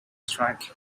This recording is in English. strike